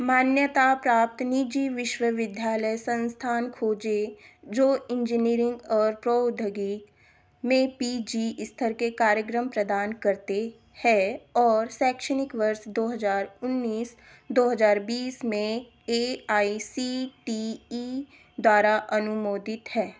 मान्यता प्राप्त निजी विश्वविद्यालय संस्थान खोजें जो इंजीनियरिंग और प्रौद्योगी में पी जी स्तर के कार्यक्रम प्रदान करते हैं और शैक्षणिक वर्ष दो हज़ार उन्नीस दो हज़ार बीस में A I C T E द्वारा अनुमोदित हैं